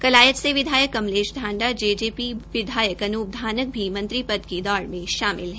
कलायत से विधायक कमलेश ांडा जेजेपी विधायक अनूप धानक भी मंत्री पद की दौड़ में शामिल है